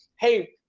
Hey